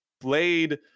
Played